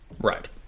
Right